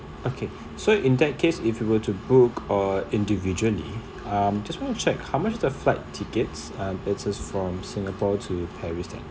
okay so in that case if you were to book or individually um just want to check how much the flight tickets um it's from singapore to paris